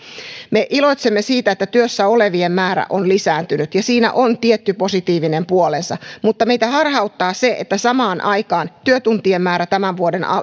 me iloitsemme siitä että työssä olevien määrä on lisääntynyt ja siinä on tietty positiivinen puolensa mutta meitä harhauttaa se että samaan aikaan työtuntien määrä tämän vuoden